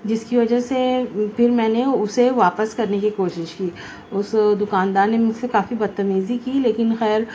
جس کی وجہ سے پھر میں نے اسے واپس کرنے کی کوشش کی اس دکاندار نے مجھ سے کافی بدتمیزی کی لیکن خیر